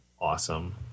Awesome